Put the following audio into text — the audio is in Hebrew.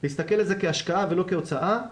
להסתכל על זה כהשקעה ולא כהוצאה,